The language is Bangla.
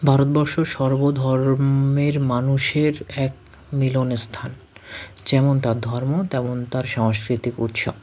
ভারতবর্ষ সর্ব ধর্মের মানুষের এক মিলন স্থান যেমন তার ধর্ম তেমন তার সাংস্কৃতিক উৎসব